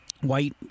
white